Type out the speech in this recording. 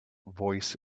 voice